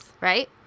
Right